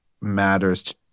matters